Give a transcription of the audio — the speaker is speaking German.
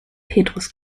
petrus